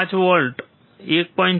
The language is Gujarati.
5 વોલ્ટ 1